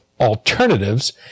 alternatives